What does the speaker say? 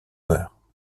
beurre